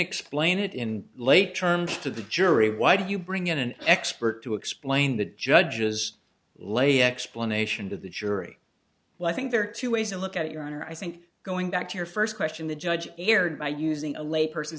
explain it in lay terms to the jury why did you bring in an expert to explain the judge's lay explanation to the jury well i think there are two ways a look at your honor i think going back to your first question the judge erred by using a lay person